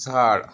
झाड